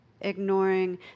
ignoring